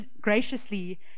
graciously